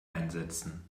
einsetzen